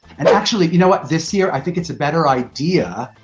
and actually if you know what this year, i think it's a better idea,